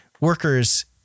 workers